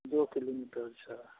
दू किलोमीटर छै